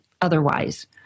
otherwise